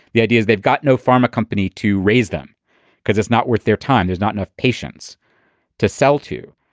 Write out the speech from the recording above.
the idea is they've got no pharma company to raise them because it's not worth their time. there's not enough patients to sell to.